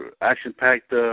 action-packed